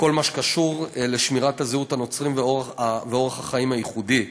בכל מה שקשור לשמירת הזהות הנוצרית ואורח החיים הייחודי.